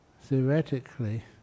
theoretically